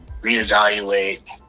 reevaluate